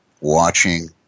watching